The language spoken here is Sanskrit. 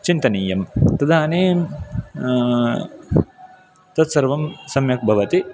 चिन्तनीयं तदानीं तत्सर्वं सम्यक् भवति